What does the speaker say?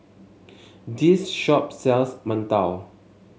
this shop sells mantou